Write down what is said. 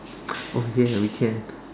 oh ya we can